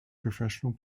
professional